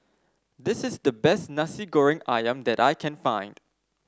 this is the best Nasi Goreng ayam that I can find